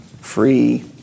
free